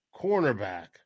cornerback